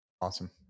Awesome